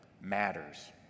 matters